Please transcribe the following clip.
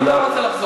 אני לא רוצה לחזור.